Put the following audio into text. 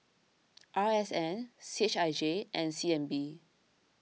R S N C H I J and C N B